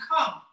come